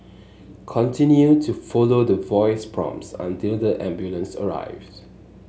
continue to follow the voice prompts until the ambulance arrives